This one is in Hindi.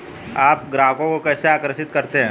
आप ग्राहकों को कैसे आकर्षित करते हैं?